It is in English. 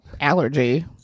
allergy